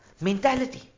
mentality